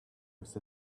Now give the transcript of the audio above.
was